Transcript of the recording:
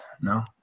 no